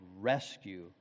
rescue